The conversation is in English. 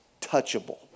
touchable